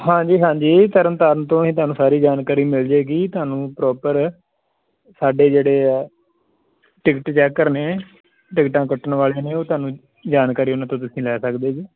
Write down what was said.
ਹਾਂਜੀ ਹਾਂਜੀ ਤਰਨ ਤਾਰਨ ਤੋਂ ਹੀ ਤੁਹਾਨੂੰ ਸਾਰੀ ਜਾਣਕਾਰੀ ਮਿਲ ਜਾਏਗੀ ਤੁਹਾਨੂੰ ਪ੍ਰੋਪਰ ਸਾਡੇ ਜਿਹੜੇ ਆ ਟਿਕਟ ਚੈਕਰ ਨੇ ਟਿਕਟਾਂ ਕੱਟਣ ਵਾਲੇ ਨੇ ਉਹ ਤੁਹਾਨੂੰ ਜਾਣਕਾਰੀ ਉਹਨਾਂ ਤੋਂ ਤੁਸੀਂ ਲੈ ਸਕਦੇ ਜੀ